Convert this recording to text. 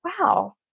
Wow